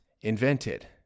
invented